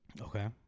Okay